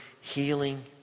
healing